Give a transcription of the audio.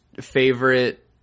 favorite